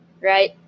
Right